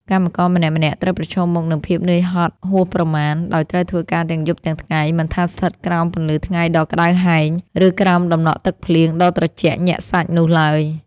កម្មករម្នាក់ៗត្រូវប្រឈមមុខនឹងភាពនឿយហត់ហួសប្រមាណ ដោយត្រូវធ្វើការទាំងយប់ទាំងថ្ងៃ មិនថាស្ថិតក្រោមពន្លឺថ្ងៃដ៏ក្ដៅហែង ឬក្រោមតំណក់ទឹកភ្លៀងដ៏ត្រជាក់ញាក់សាច់នោះឡើយ។